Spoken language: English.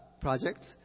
projects